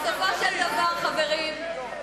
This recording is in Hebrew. בסופו של דבר, חברים,